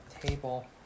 table